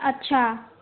अछा